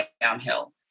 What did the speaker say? downhill